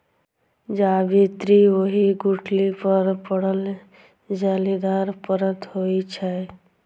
जावित्री ओहि गुठली पर पड़ल जालीदार परत होइ छै